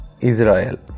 Israel